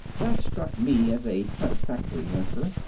that struck me as a satisfactory answer.